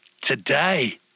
today